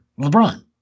LeBron